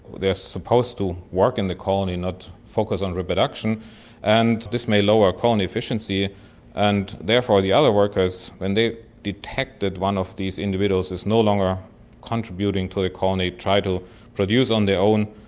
they're supposed to work in the colony, not focus on reproduction and this may lower colony efficiency and therefore the other workers, when they detect that one of these individuals is no longer contributing to the colony and trying to produce on their own,